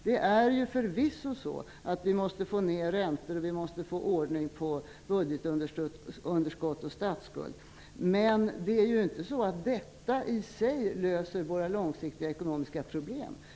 Det är förvisso så att vi måste få ner räntor och få ordning på budgetunderskott och statsskuld, men detta i sig löser ju inte våra långsiktiga ekonomiska problem.